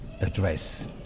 address